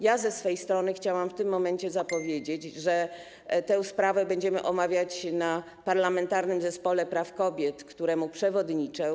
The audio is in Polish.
Ja ze swojej strony chciałam w tym momencie zapowiedzieć, że tę sprawę będziemy omawiać w Parlamentarnym Zespole Praw Kobiet, któremu przewodniczę.